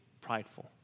prideful